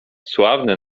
sławny